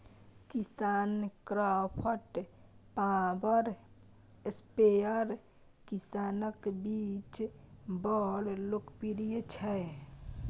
KisanKraft power sprayer किसानक बीच बड़ लोकप्रिय छै